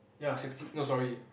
ya sixty no sorry